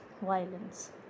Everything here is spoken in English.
violence